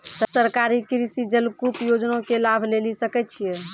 सरकारी कृषि जलकूप योजना के लाभ लेली सकै छिए?